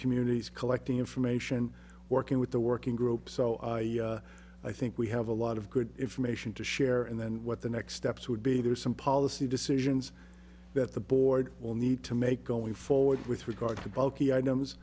communities collecting information working with the working group so i think we have a lot of good information to share and then what the next steps would be there are some policy decisions that the board will need to make going forward with regard to bulky items